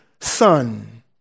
son